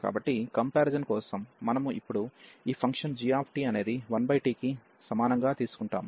కాబట్టి కంపారిజన్ కోసం మనము ఇప్పుడు ఈ ఫంక్షన్ g అనేది 1t కి సమానంగా తీసుకుంటాము